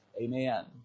Amen